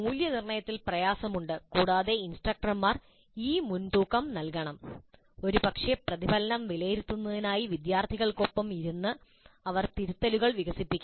മൂല്യനിർണ്ണയത്തിൽ പ്രയാസമുണ്ട് കൂടാതെ ഇൻസ്ട്രക്ടർമാർ ഈ മുൻതൂക്കം നൽകണം ഒരുപക്ഷേ പ്രതിഫലനം വിലയിരുത്തുന്നതിനായി വിദ്യാർത്ഥികളോടൊപ്പം ഇരുന്ന് അവർ തിരുത്തലുകൾ വികസിപ്പിക്കണം